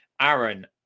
Aaron